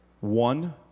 One